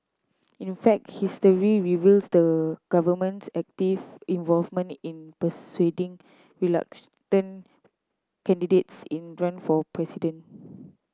in fact history reveals the government's active involvement in persuading reluctant candidates in run for president